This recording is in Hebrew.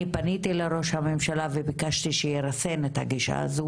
אני פניתי לראש הממשלה וביקשתי שירסן את הגישה הזו